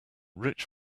rich